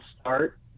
start